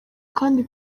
kandi